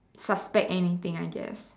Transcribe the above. suspect anything I guess